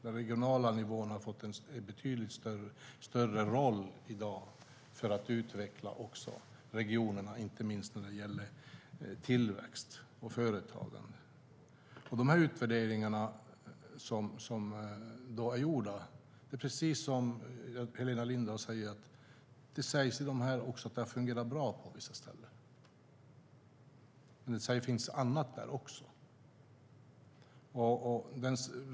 Den regionala nivån har fått en betydligt större roll i dag för att utveckla regionerna, inte minst när det gäller tillväxt och företagande. I de utvärderingar som har gjorts sägs det, precis som Helena Lindahl säger, att det har fungerat bra på vissa ställen men att det fungerat mindre bra på andra.